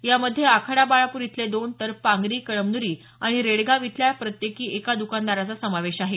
यामध्ये आखाडा बाळापूर इथले दोन तर पांगरी कळमनुरी आणि रेडगाव इथल्या प्रत्येकी एका द्कानदाराचा समावेश आहे